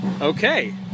Okay